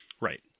Right